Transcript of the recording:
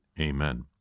amen